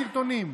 תקשיב לסרטונים.